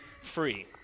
free